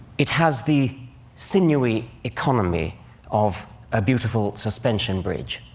it has the sinewy economy of a beautiful suspension bridge.